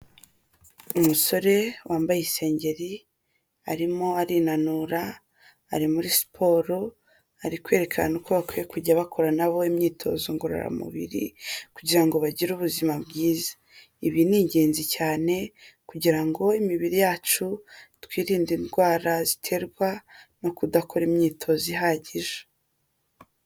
Umusore wambaye isengeri, arimo arinanura, ari muri siporo, ari kwerekana uko bakwiye kujya bakora na bo imyitozo ngororamubiri, kugira ngo bagire ubuzima bwiza, ibi ni ingenzi cyane kugira ngo imibiri yacu twirinde indwara ziterwa no kudakora imyitozo ihagije.